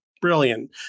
brilliant